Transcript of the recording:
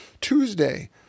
Tuesday